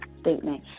statement